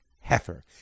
heifer